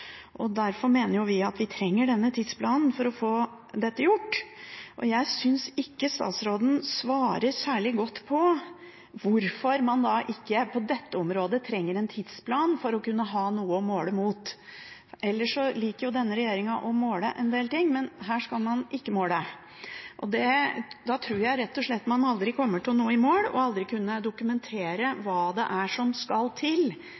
og snakket mye om dette i i hvert fall de 20–30 siste åra med stort engasjement, uten at det har blitt noe stort gjennombrudd. Derfor mener vi at vi trenger en tidsplan for å få dette gjort. Jeg synes ikke statsråden svarer særlig godt på hvorfor man ikke på dette området trenger en tidsplan for å kunne ha noe å måle mot. Ellers liker denne regjeringen å måle en del ting, men her skal man ikke måle. Da tror jeg rett og slett man aldri kommer i mål og aldri vil kunne